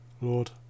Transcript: Lord